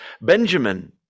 Benjamin